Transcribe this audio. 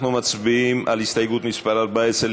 אנחנו מצביעים על הסתייגות מס' 14,